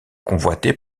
convoité